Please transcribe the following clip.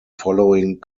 following